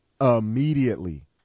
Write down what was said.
immediately